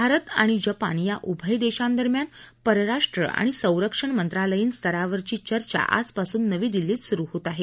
भारत आणि जपान या उभय देशांदरम्यान परराष्ट्र आणि संरक्षण मंत्रालय स्तरावरची चर्चा आजपासून नवी दिल्लीत सुरु होत आहे